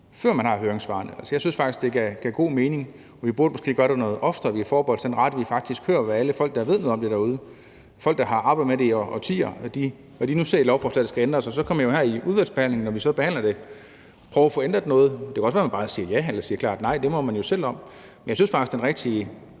før man har høringssvarene. Altså, jeg synes faktisk, at det giver god mening – og vi burde måske gøre det noget oftere – at vi forbeholder os den ret, at vi faktisk hører, hvad alle folk, der ved noget om det derude og har arbejdet med det i årtier, ser at der skal ændres i lovforslaget. Og så kan vi jo i udvalgsbehandlingen, når vi behandler det, prøve at få ændret noget. Det kan også være, man bare siger ja eller klart nej – det må man jo selv om. Men jeg synes faktisk, at den rigtige